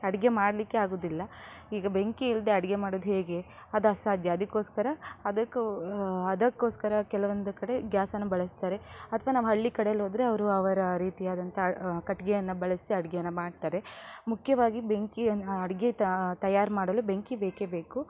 ಅಡುಗೆ ಮಾಡಲಿಕ್ಕೆ ಆಗೋದಿಲ್ಲ ಈಗ ಬೆಂಕಿ ಇಲ್ಲದೆ ಅಡುಗೆ ಮಾಡೋದು ಹೇಗೆ ಅದು ಅಸಾಧ್ಯ ಅದಕೋಸ್ಕರ ಅದಕ್ಕೂ ಅದಕೋಸ್ಕರ ಕೆಲವೊಂದು ಕಡೆ ಗ್ಯಾಸನ್ನು ಬಳಸ್ತಾರೆ ಅಥ್ವಾ ನಾವು ಹಳ್ಳಿ ಕಡೇಲ್ಹೋದ್ರೆ ಅವರು ಅವರ ರೀತಿಯಾದಂಥ ಕಟ್ಟಿಗೆಯನ್ನು ಬಳಸಿ ಅಡುಗೇನ ಮಾಡ್ತಾರೆ ಮುಖ್ಯವಾಗಿ ಬೆಂಕಿಯನ್ನು ಅಡುಗೆ ತಯಾರು ಮಾಡಲು ಬೆಂಕಿ ಬೇಕೇ ಬೇಕು